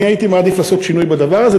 הייתי מעדיף לעשות שינוי בדבר הזה.